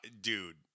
Dude